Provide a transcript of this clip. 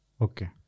Okay